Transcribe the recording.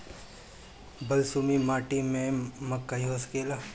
बलसूमी माटी में मकई हो सकेला?